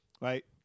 right